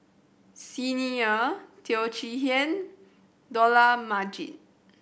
Xi Ni Er Teo Chee Hea Dollah Majid